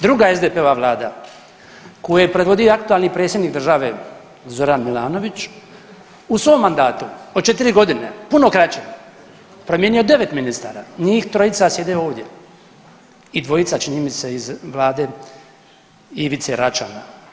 Druga SDP-ova Vlada koju je predvodio aktualni predsjednik države Zoran Milanović u svom mandatu od 4 godine puno kraće promijenio je 9 ministara, njih trojica sjede ovdje i dvojica čini mi se iz Vlade Ivice Račana.